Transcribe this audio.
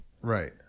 Right